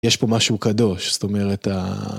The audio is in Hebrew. יש פה משהו קדוש, זאת אומרת ה...